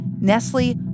Nestle